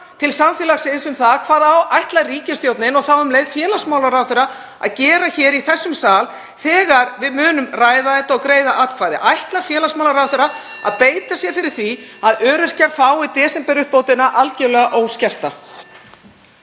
til samfélagsins? Hvað ætlar ríkisstjórnin og um leið félagsmálaráðherra að gera í þessum sal þegar við munum ræða þetta og greiða atkvæði? Ætlar félagsmálaráðherra að beita sér fyrir því að öryrkjar fái desemberuppbótina algerlega óskerta?